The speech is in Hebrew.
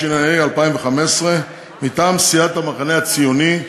התשע"ה 2015: מטעם סיעת המחנה הציוני,